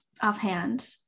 offhand